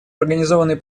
организованной